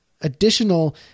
additional